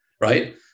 right